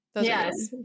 Yes